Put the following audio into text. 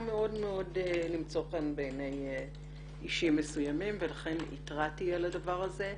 מאוד מאוד למצוא חן בעיני אישים מסוימים ולכן התרעתי על הדבר הזה.